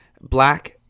black